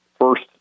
First